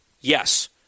Yes